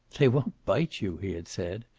they won't bite you! he had said,